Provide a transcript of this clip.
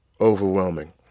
overwhelming